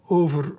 over